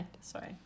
Sorry